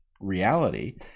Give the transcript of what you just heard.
reality